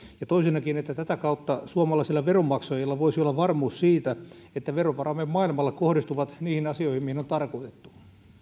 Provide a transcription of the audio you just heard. ja että toisinnakin tätä kautta suomalaisilla veronmaksajilla voisi olla varmuus siitä että verovaramme maailmalla kohdistuvat niihin asioihin mihin on tarkoitettu